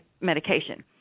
medication